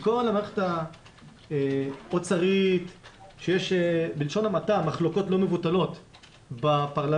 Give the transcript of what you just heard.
עם כל המערכת האוצרית שיש בלשון המעטה מחלוקות לא מבוטלות בפרלמנט,